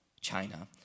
China